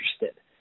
interested